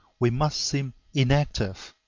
we must seem inactive